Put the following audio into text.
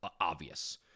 obvious